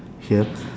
here